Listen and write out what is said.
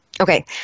Okay